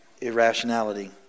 irrationality